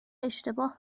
اشتباه